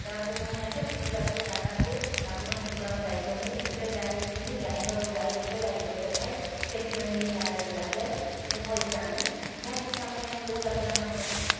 ତାପରେ ପୁଣି ଆସେ କୁକୁଡ଼ାକୁ ଦାନା ଦିଏ ତାଙ୍କୁ ପୁଣି କୁକୁଡ଼ାଙ୍କ ଦାୟିତ୍ୱ ନିଏ ସେଥିରେ ଗାଈ ଅଛନ୍ତି ଗାଈଙ୍କର ଗୋଟିଏ ଗାଈ କ୍ଷୀର ଦେଖାଏ ସେ କ୍ଷୀର ନେଇକି ଗାଁରେ ଦିଆଯାଏ ସେ ପଇସା ଆଣି ଯାହା କିଛି ଆମେ ଗୁଜୁରାଣ ମେଣ୍ଟଣ କରୁ ଆଉ